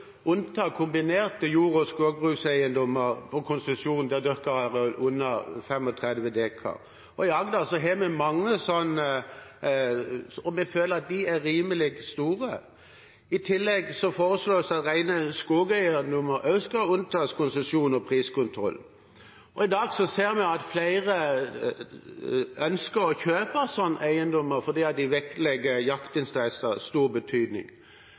unnta fra konsesjon kombinerte jord- og skogbrukseiendommer der dyrket areal er under 35 dekar. I Agder har vi mange slike, og vi mener at de er rimelig store. I tillegg foreslås det at også rene skogeiendommer skal unntas konsesjon og priskontroll. I dag ser vi at flere ønsker å kjøpe slike eiendommer, fordi de vektlegger at jaktinteresser har stor betydning.